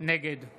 נגד יבגני